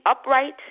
upright